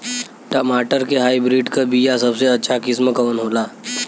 टमाटर के हाइब्रिड क बीया सबसे अच्छा किस्म कवन होला?